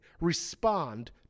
respond